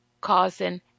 causing